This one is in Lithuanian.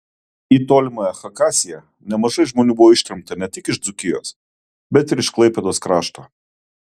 į tolimąją chakasiją nemažai žmonių buvo ištremta ne tik iš dzūkijos bet ir iš klaipėdos krašto